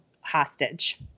hostage